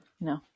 no